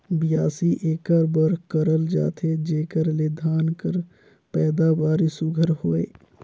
बियासी एकर बर करल जाथे जेकर ले धान कर पएदावारी सुग्घर होए